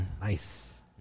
Nice